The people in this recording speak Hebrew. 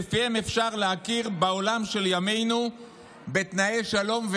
שלפיהם אפשר להכיר בעולם של ימינו בתנאי שלום,